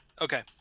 Okay